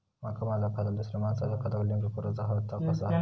माका माझा खाता दुसऱ्या मानसाच्या खात्याक लिंक करूचा हा ता कसा?